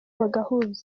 bagahuza